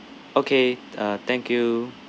okay uh thank you